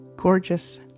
Gorgeous